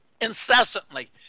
incessantly